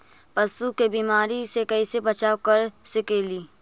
पशु के बीमारी से कैसे बचाब कर सेकेली?